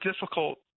difficult